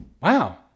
Wow